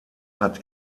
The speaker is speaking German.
hat